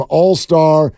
all-star